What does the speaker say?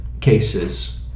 cases